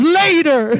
later